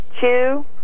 two